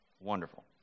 Wonderful